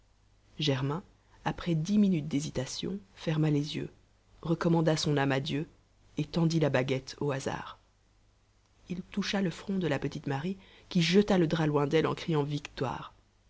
germain après dix minutes d'hésitation ferma les yeux recommanda son âme à dieu et tendit la baguette au hasard il toucha le front de la petite marie qui jeta le drap loin d'elle en criant victoire